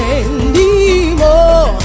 anymore